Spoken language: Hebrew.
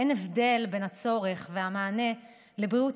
אין הבדל בין הצורך והמענה לבריאות